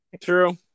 True